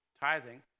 Tithing